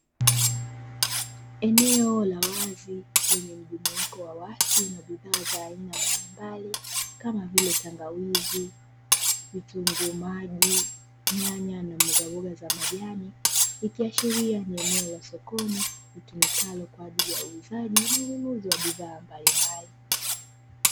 Eneo la wazi, lenye mjumuiko wa watu na bidhaa za aina mbalimbali, kama vile: tangawizi, vitunguu maji, nyanya na mbogamboga za majani, likiashiria ni eneo la sokoni litumikalo kwa ajili ya uuzaji na ununuzi wa bidhaa mbalimbali.